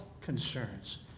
concerns